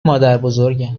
مادربزرگم